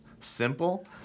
simple